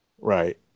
Right